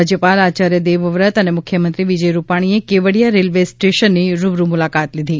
રાજયપાલ આયાર્થ દેવવ્રત અન મુખ્યમંત્રી વિજય રૂપાણીએ કેવડીયા રેલવાસ્ટેશનની રૂબરૂ મુલાકાત લીધી